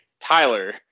Tyler